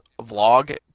vlog